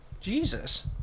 Jesus